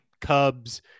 cubs